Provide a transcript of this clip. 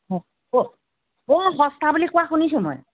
অ' সস্তা বুলি কোৱা শুনিছোঁ মই